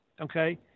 okay